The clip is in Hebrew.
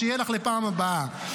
שיהיה לך לפעם הבאה.